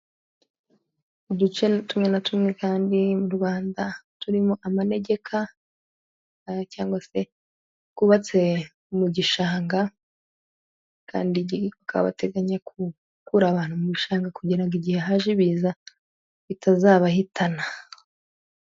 Uduce tumwe na tumwe kandi rubanda turimo amanegeka, cyangwa se twubatse mu gishanga kandi bakaba bateganya gukura abantu mu bishanga, kugira ngo igihe haje ibiza bitazabahitana.